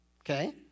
Okay